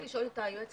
רציתי לשאול את היועץ